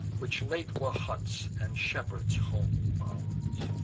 which late were huts and shepherds' homely bow'rs,